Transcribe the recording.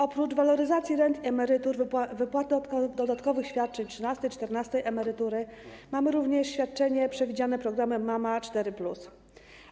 Oprócz waloryzacji rent i emerytur, wypłaty dodatkowych świadczeń, trzynastej, czternastej emerytury mamy również świadczenie przewidziane programem „Mama 4+”